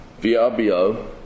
VRBO